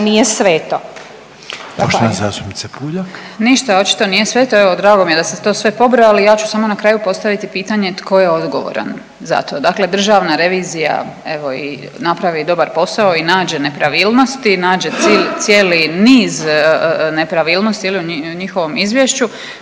(Centar)** Ništa očito nije sveto, evo drago mi je da ste to sve pobrojali, ja ću samo na kraju postaviti pitanje tko je odgovoran za to? Dakle, Državna revizija napravi dobar posao i nađe nepravilnosti, nađe cijeli niz nepravilnosti u njihovom izvješću,